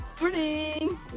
Morning